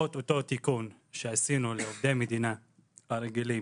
את אותו תיקון שעשינו לעובדי המדינה הרגילים,